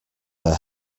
their